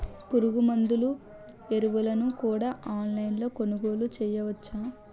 పురుగుమందులు ఎరువులను కూడా ఆన్లైన్ లొ కొనుగోలు చేయవచ్చా?